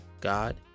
God